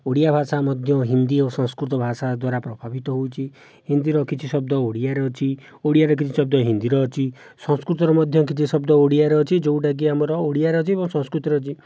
ଓଡ଼ିଆ ଭାଷା ମଧ୍ୟ ହିନ୍ଦୀ ଆଉ ସଂସ୍କୃତ ଭାଷା ଦ୍ଵାରା ପ୍ରଭାବିତ ହୋଇଛି ହିନ୍ଦୀର କିଛି ଶବ୍ଦ ଓଡ଼ିଆରେ ଅଛି ଓଡ଼ିଆର କିଛି ଶବ୍ଦ ହିନ୍ଦୀରେ ଅଛି ସଂସ୍କୃତରେ ମଧ୍ୟ କିଛି ଶବ୍ଦ ଓଡ଼ିଆରେ ଅଛି ଯେଉଁଟାକି ଆମର ଓଡ଼ିଆରେ ଅଛି ଏବଂ ସଂସ୍କୃତରେ ଅଛି